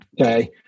Okay